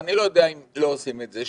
ואני לא יודע אם לא עושים את זה,